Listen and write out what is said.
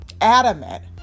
adamant